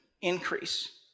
increase